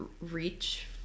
reach